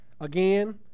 again